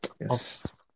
Yes